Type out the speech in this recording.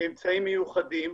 אמצעים מיוחדים.